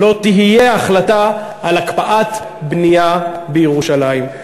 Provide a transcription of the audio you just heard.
לא תהיה החלטה, על הקפאת בנייה בירושלים.